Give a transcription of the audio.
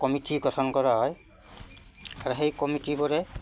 committee গঠন কৰা হয় আৰু সেই কমিটিবোৰে